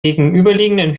gegenüberliegenden